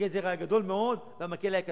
הגזר היה גדול מאוד והמקל היה קטן.